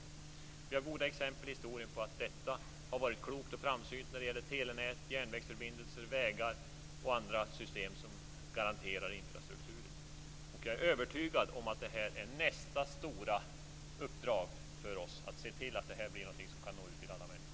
Det finns goda exempel i historien på att detta har varit klokt och framsynt när det gäller telenät, järnvägsförbindelser, vägar och andra system som ingår i infrastrukturen. Jag är övertygad om att det är nästa stora uppdrag för oss att se till att detta kan bli någonting som når ut till alla människor.